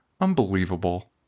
Unbelievable